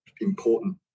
important